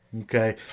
Okay